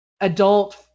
adult